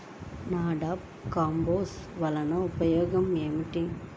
NADEP compost వలన ఉపయోగం ఏమిటి?